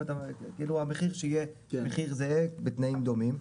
כאילו, המחיר שיהיה מחיר זהה בתנאים דומים,